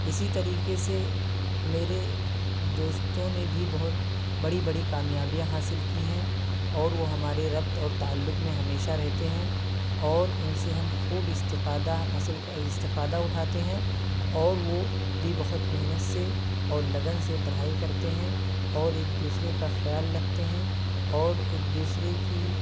اسی طریقے سے میرے دوستوں نے بھی بہت بڑی بڑی کامیابیاں حاصل کی ہیں اور وہ ہمارے ربط اور تعلق میں ہمیشہ رہتے ہیں اور ان سے ہم خوب استفادہ حاصل استفادہ اٹھاتے ہیں اور وہ بھی بہت محنت سے اور لگن سے پڑھائی کرتے ہیں اور ایک دوسرے کا خیال رکھتے ہیں اور ایک دوسرے کی